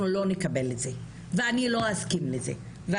לא נקבל את זה ואני לא אסכים לזה.